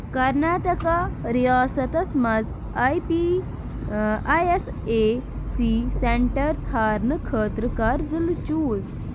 کرناٹکا ریاستس مَنٛز I P I S A C centre ژھارنہٕ خٲطرٕ کر ضلعہٕ چوٗز